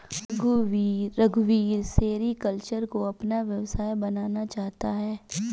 रघुवीर सेरीकल्चर को अपना व्यवसाय बनाना चाहता है